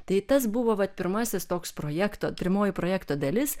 tai tas buvo vat pirmasis toks projekto pirmoji projekto dalis